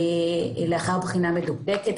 לאחר בחינה מדוקדקת.